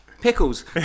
Pickles